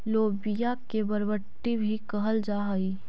लोबिया के बरबट्टी भी कहल जा हई